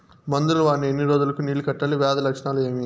మందులు వాడిన ఎన్ని రోజులు కు నీళ్ళు కట్టాలి, వ్యాధి లక్షణాలు ఏమి?